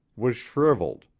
was shriveled.